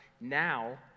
Now